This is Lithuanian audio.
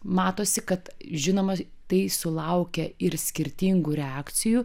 matosi kad žinoma tai sulaukia ir skirtingų reakcijų